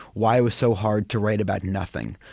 why it was so hard to write about nothing,